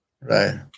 Right